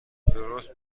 درست